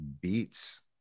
beats